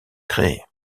créée